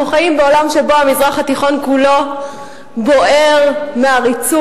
אנחנו חיים בעולם שבו המזרח התיכון כולו בוער מעריצות,